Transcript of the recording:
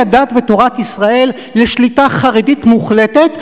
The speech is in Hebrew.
הדת ותורת ישראל לשליטה חרדית מוחלטת,